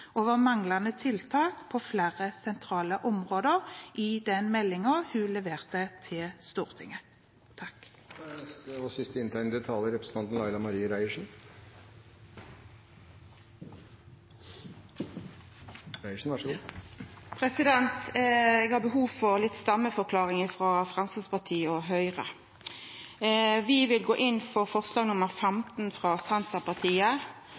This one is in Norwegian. over tilbakemeldinger fra både fagmiljøer og oss i dag og tiden i forkant over manglende tiltak på flere sentrale områder i den meldingen hun leverte til Stortinget. Eg har behov for litt stemmeforklaring frå Framstegspartiet og Høgre. Vi vil gå inn for forslag